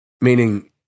meaning